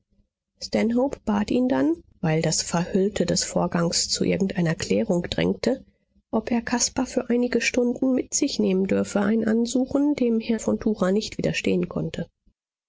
bat ihn dann weil das verhüllte des vorgangs zu irgendeiner klärung drängte ob er caspar für einige stunden mit sich nehmen dürfe ein ansuchen dem herr von tucher nicht widerstehen konnte